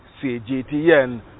CGTN